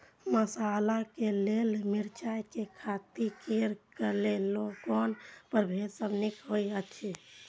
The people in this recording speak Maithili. मसाला के लेल मिरचाई के खेती करे क लेल कोन परभेद सब निक होयत अछि?